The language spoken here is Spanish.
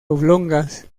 oblongas